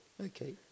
Okay